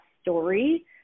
story